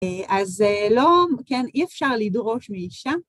אז לא, כן, אי אפשר לדרוש מאישה